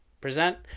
present